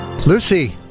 Lucy